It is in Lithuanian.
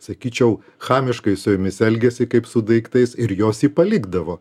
sakyčiau chamiškai su jomis elgėsi kaip su daiktais ir jos jį palikdavo